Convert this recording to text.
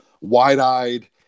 wide-eyed